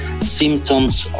symptoms